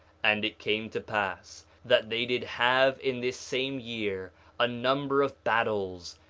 and it came to pass that they did have in this same year a number of battles,